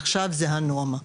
עכשיו זה הנורמה,